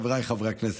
חבריי חברי הכנסת,